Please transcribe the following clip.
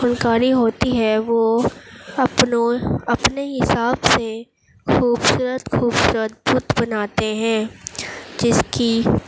فنکاری ہوتی ہے وہ اپنوں اپنے حساب سے خوبصورت خوبصورت بت بناتے ہیں جس کی